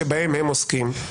-- שבהם הם עוסקים.